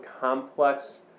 complex